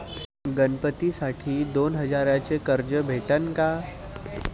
गणपतीसाठी दोन हजाराचे कर्ज भेटन का?